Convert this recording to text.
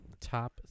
top